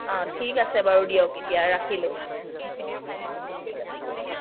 অঁ ঠিক আছে বাৰু দিয়ক এতিয়া ৰাখিলোঁ ঠিক আছে